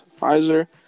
Pfizer